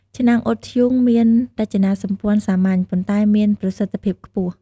ឆ្នាំងអ៊ុតធ្យូងមានរចនាសម្ព័ន្ធសាមញ្ញ ប៉ុន្តែមានប្រសិទ្ធភាពខ្ពស់។